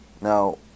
Now